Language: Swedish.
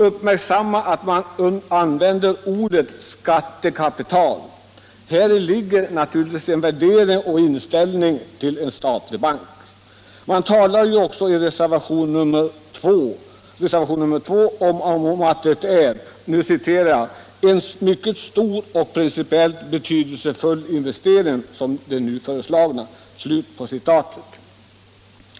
Uppmärksamma att man använder ordet ”skattekapitai”! Häri ligger naturligtvis en speciell inställning till en statlig bank. Man talar också i reservationen 2 om ”en mycket stor och principiellt betydelsefull investering som den nu föreslagna”.